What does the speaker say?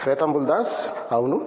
శేతంబుల్ దాస్ అవును